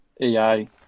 AI